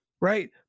right